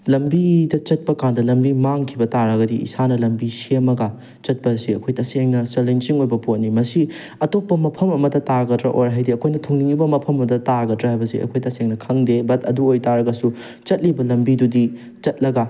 ꯂꯝꯕꯤꯗ ꯆꯠꯄ ꯀꯥꯟꯗ ꯂꯝꯕꯤ ꯃꯥꯡꯈꯤꯕ ꯇꯥꯔꯒꯗꯤ ꯏꯁꯥꯅ ꯂꯝꯕꯤ ꯁꯦꯝꯃꯒ ꯆꯠꯄꯁꯤ ꯑꯩꯈꯣꯏ ꯇꯁꯦꯡꯅ ꯆꯦꯂꯦꯟꯖꯤꯡ ꯑꯣꯏꯕ ꯄꯣꯠꯅꯤ ꯃꯁꯤ ꯑꯇꯣꯞꯄ ꯃꯐꯝ ꯑꯃꯗ ꯇꯥꯒꯗ꯭ꯔꯥ ꯑꯣꯔ ꯑꯩꯈꯣꯏꯅ ꯊꯨꯡꯅꯤꯡꯉꯤꯕ ꯃꯐꯝ ꯑꯗꯨꯗ ꯇꯥꯒꯗ꯭ꯔꯥ ꯍꯥꯏꯕꯁꯤ ꯑꯩꯈꯣꯏꯗ ꯇꯁꯦꯡꯅ ꯈꯪꯗꯦ ꯕꯠ ꯑꯗꯨ ꯑꯣꯏ ꯇꯥꯔꯒꯁꯨ ꯆꯠꯂꯤꯕ ꯂꯝꯕꯤꯗꯨꯗꯤ ꯆꯠꯂꯒ